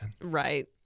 Right